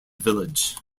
village